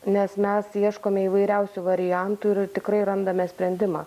nes mes ieškome įvairiausių variantų ir tikrai randame sprendimą